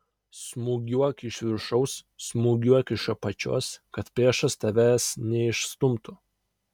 smūgiuok iš viršaus smūgiuok iš apačios kad priešas tavęs neišstumtų